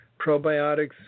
Probiotics